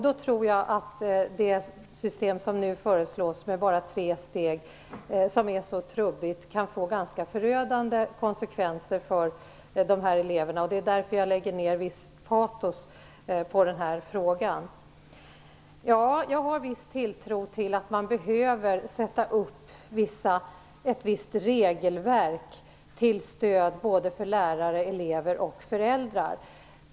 Då tror jag att det system som nu föreslås med bara tre steg och som är så trubbigt kan få ganska förödande konsekvenser. Det är därför som jag lägger ner ett visst patos på den här frågan. Ja, jag har viss tilltro till att man behöver sätta upp ett visst regelverk till stöd för såväl lärare som elever och föräldrar.